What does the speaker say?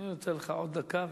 אני נותן לך עוד דקה.